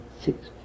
six